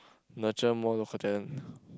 nurture more local talent